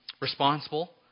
responsible